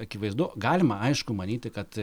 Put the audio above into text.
akivaizdu galima aišku manyti kad